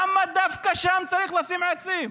למה דווקא שם צריך לשים עצים?